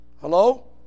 Hello